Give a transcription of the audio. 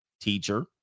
Teacher